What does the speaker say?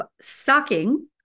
sucking